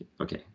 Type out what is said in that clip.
okay